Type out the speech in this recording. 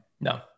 No